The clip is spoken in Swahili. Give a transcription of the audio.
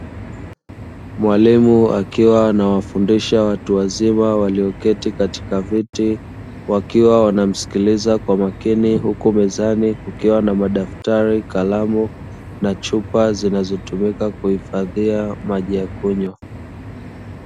Mwalimu akiwa anawafundisha watu wazima walioketi katika viti wakiwa wanamsikiliza kwa makini, huko mezani kukiwa na madaftari, kalamu, na chupa zinazotumika kuhifadhia maji ya kunywa.